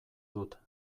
dut